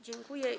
Dziękuję.